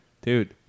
dude